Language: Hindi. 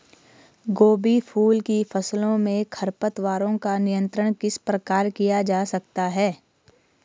गोभी फूल की फसलों में खरपतवारों का नियंत्रण किस प्रकार किया जा सकता है?